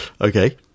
Okay